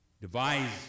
devise